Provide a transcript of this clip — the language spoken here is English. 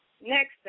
Next